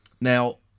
Now